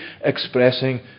expressing